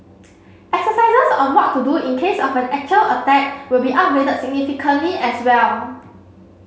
exercises on what to do in case of an actual attack will be upgraded significantly as well